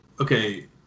okay